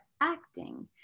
acting